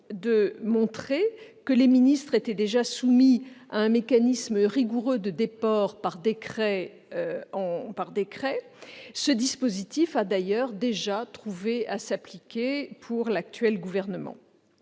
de montrer que ces derniers étaient déjà soumis à un mécanisme rigoureux de déport par décret. Ce dispositif a d'ailleurs trouvé à s'appliquer pour l'actuel Gouvernement.